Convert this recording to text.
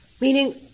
meaning